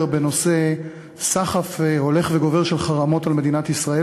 בנושא הסחף ההולך וגובר של חרמות על מדינת ישראל